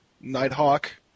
Nighthawk